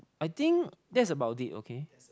I think that's about it okay